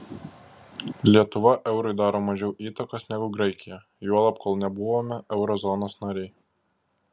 lietuva eurui daro mažiau įtakos negu graikija juolab kol nebuvome euro zonos nariai